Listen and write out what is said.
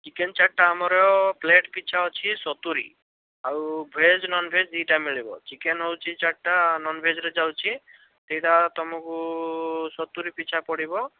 chicken ଚାଟ୍ଟା ଆମର plate ପିଛା ଅଛି ସତୁରି ଆଉ ଭେଜ୍ ନନ୍ଭେଜ ଦୁଇଟା ମିଳିବ ଚିକେନ୍ ହେଉଛି ଚାଟ୍ଟା ନନ୍ଭେଜ୍ରେ ଯାଉଛି ସେଇଟା ତମକୁ ସତୁରି ପିଛା ପଡ଼ିବ